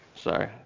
Sorry